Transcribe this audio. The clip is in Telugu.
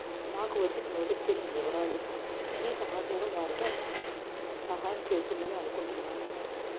నాకు వచ్చిన నోటిఫికేషన్ వివరాలు ఈ సమాచారం వారిక స్ సహాయం చేస్తుందని అనుకుంటున్నాను